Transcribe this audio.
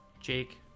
Jake